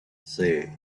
say